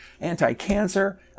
anti-cancer